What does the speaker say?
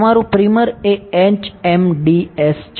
તમારું પ્રિમર એ HMDS છે